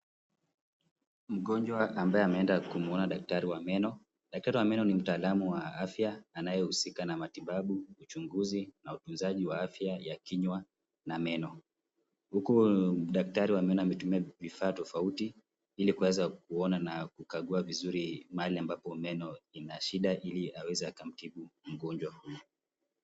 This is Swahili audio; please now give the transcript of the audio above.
Mgonjwa ambaye ameenda kumwona daktari wa meno. Daktari wa meno ni mtaalamu wa afya anayehusika na matibabu, uchunguzi na utunzaji wa afya ya kinywa na meno. Huku daktari wa meno ametumia vifaa tofauti ili kuweza kuona na kukagua vizuri mahali ambapo meno ina shida ili aweze akamtibu mgonjwa huyu.